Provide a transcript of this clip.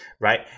right